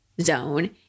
zone